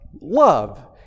love